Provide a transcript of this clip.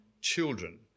children